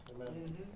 Amen